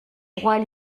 droit